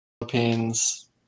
Philippines